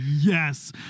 yes